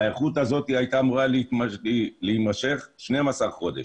ההיערכות הזו הייתה אמור להימשך 12 חודש.